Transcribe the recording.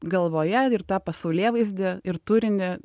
galvoje ir tą pasaulėvaizdį ir turinį